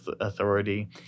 authority